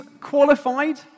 qualified